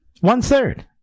One-third